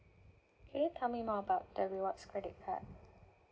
can you tell me more about the rewards credit card